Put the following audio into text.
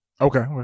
okay